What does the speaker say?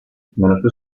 nello